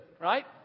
right